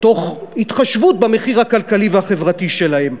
תוך התחשבות במחיר הכלכלי והחברתי שלהן.